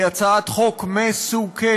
היא הצעת חוק מסוכנת.